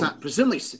Presumably